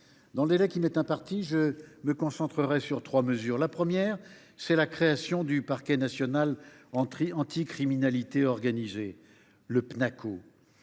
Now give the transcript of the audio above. Dans le délai qui m’est imparti, je me concentrerai sur trois mesures. La première mesure, c’est la création du parquet national anti criminalité organisée, le Pnaco.